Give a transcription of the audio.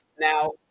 Now